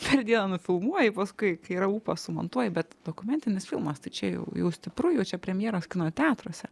per dieną nufilmuoji paskui kai yra ūpo sumontuoji bet dokumentinis filmas tai čia jau jau stipru jau čia premjeros kino teatruose